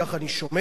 כך אני שומע,